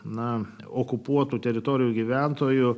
na okupuotų teritorijų gyventojų